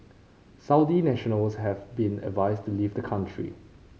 Saudi nationals have been advised to leave the country